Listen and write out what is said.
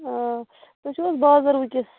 آ تُہۍ چھِو حظ بازر ؤنکیٚس